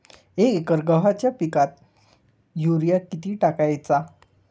एक एकर गव्हाच्या पिकाला युरिया किती टाकायचा?